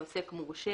לעוסק מורשה